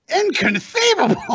Inconceivable